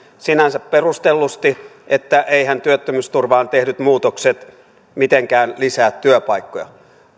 sinänsä perustellusti että eiväthän työttömyysturvaan tehdyt muutokset mitenkään lisää työpaikkoja